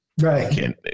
right